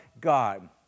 God